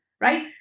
right